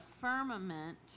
firmament